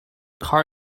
car